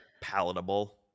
palatable